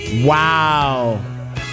Wow